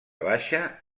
baixa